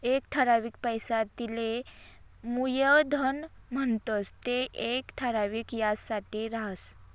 एक ठरावीक पैसा तेले मुयधन म्हणतंस ते येक ठराविक याजसाठे राहस